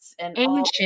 ancient